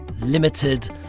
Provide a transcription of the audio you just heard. limited